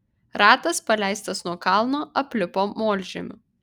ratas paleistas nuo kalno aplipo molžemiu